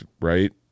right